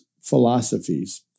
philosophies